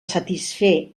satisfer